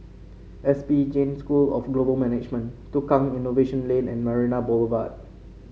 S P Jain School of Global Management Tukang Innovation Lane and Marina Boulevard